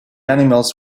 animals